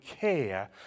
care